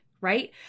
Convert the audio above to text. right